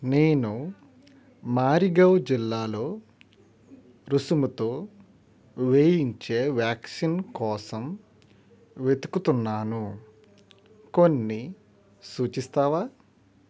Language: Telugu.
నేను మారిగావ్ జిల్లాలో రుసుముతో వేయించే వ్యాక్సిన్ కోసం వెతుకుతున్నాను కొన్నిసూచిస్తావా